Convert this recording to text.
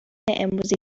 امروزی